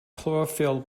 chlorophyll